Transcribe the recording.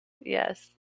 Yes